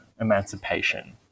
Emancipation